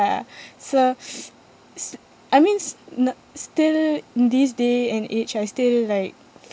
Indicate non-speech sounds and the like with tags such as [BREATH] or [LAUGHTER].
ya [BREATH] so [BREATH] s~ I means not still in this day and age I still like